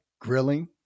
Grilling